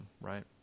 Right